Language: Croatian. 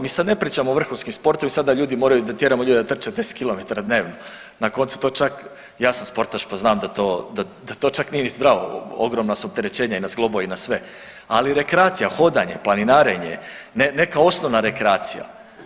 Mi sad ne pričamo o vrhunskom sportu i sad da ljudi moraju, da tjeramo ljude da trče 10 kilometara dnevno, na koncu to čak ja sam sportaš pa znam da to, da to čak nije ni zdravo, ogromna su opterećenja i na zglobu i na sve, ali rekreacija, hodanje, planinarenje, neka osnovna rekreacija.